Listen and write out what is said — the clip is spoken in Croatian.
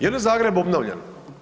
Je li Zagreb obnovljen?